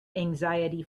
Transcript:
anxiety